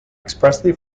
expressly